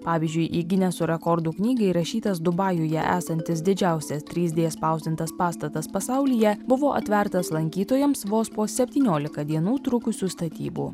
pavyzdžiui į gineso rekordų knygą įrašytas dubajuje esantis didžiausias trys d spausdintas pastatas pasaulyje buvo atvertas lankytojams vos po septyniolika dienų trukusių statybų